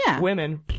women